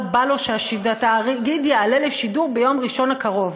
לא בא לו שהתאגיד יעלה לשידור ביום ראשון הקרוב.